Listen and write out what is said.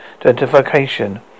identification